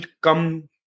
come